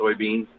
soybeans